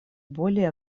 более